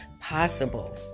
possible